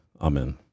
Amen